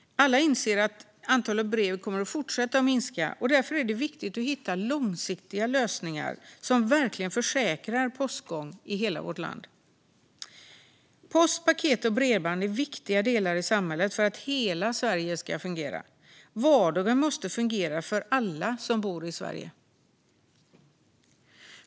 Alla inser att antalet brev kommer att fortsätta att minska, och därför är det viktigt att hitta långsiktiga lösningar som verkligen säkrar postgång i hela vårt land framöver. Post, paket och bredband är viktiga delar för att hela Sverige ska fungera. Vardagen måste fungera för alla som bor i Sverige.